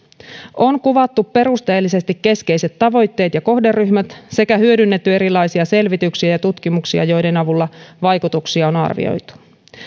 on kuvattu perusteellisesti keskeiset tavoitteet ja kohderyhmät sekä hyödynnetty erilaisia selvityksiä ja tutkimuksia joiden avulla vaikutuksia on arvioitu